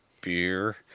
beer